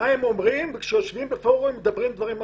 שלושה אלופים וכשהם יושבים בפורומים אחרים הם אומרים דברים אחרים.